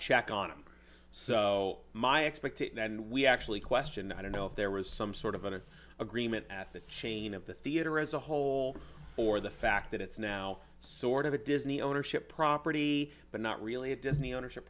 check on him so my expectation and we actually questioned i don't know if there was some sort of an agreement at the chain of the theater as a whole or the fact that it's now sort of a disney ownership property but not really a disney ownership